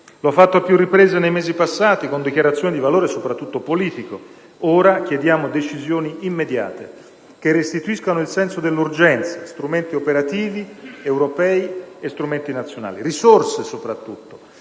ha fatto a più riprese nei mesi passati con dichiarazioni di valore soprattutto politico. Ora, chiediamo decisioni immediate che restituiscano il senso dell'urgenza, strumenti operativi europei e nazionali, risorse soprattutto,